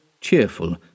cheerful